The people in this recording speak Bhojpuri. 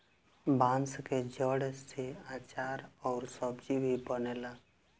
बांस के जड़ से आचार अउर सब्जी भी बनेला